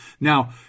Now